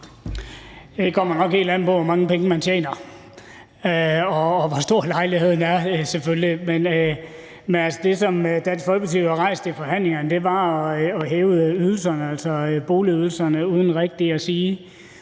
Det kommer nok helt an på, hvor mange penge man tjener, og selvfølgelig på, hvor stor lejligheden er. Men det, som Dansk Folkeparti jo rejste i forhandlingerne, var at hæve boligydelserne uden rigtig at sige